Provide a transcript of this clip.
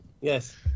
yes